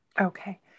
Okay